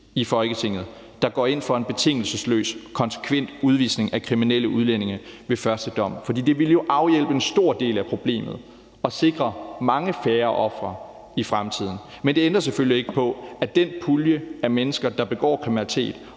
i Folketinget, der går ind for en betingelsesløs og konsekvent udvisning af kriminelle udlændinge ved første dom. For det vil jo afhjælpe en stor del af problemet og sikre langt færre ofre i fremtiden. Men det ændrer selvfølgelig ikke på, at i forhold til den pulje af mennesker, der begår kriminalitet,